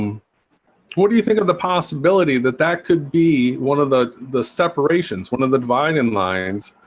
what do you think of the possibility that that could be one of the the separations one of the divine in lines